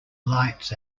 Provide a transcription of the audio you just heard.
lights